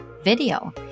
video